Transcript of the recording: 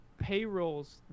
Payrolls